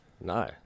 No